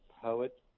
poet